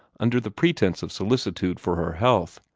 under the pretence of solicitude for her health,